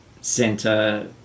center